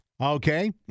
Okay